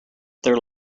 there